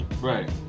Right